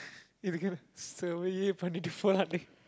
finally to fall out